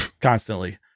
constantly